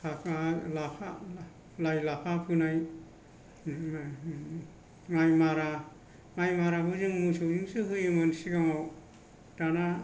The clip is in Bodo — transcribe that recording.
लाफा लाइ लाफा फोनाय माइ माराखौबो जों मोसौजोंसो होयोमोन सिगाङाव दाना